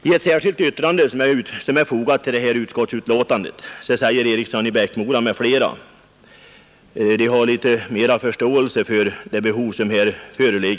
I ett särskilt yttrande som fogats till skatteutskottets utlåtande har herr Eriksson i Bäckmora m.fl. visat litet större förståelse för behovet av en omläggning i detta fallet.